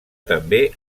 també